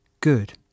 good